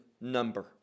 number